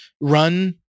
run